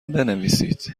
بنویسید